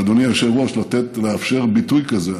אדוני היושב-ראש, לאפשר ביטוי כזה.